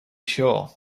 sure